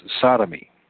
sodomy